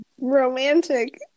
romantic